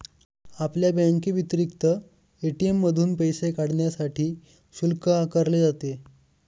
आपल्या बँकेव्यतिरिक्त अन्य ए.टी.एम मधून पैसे काढण्यासाठी शुल्क आकारले जाते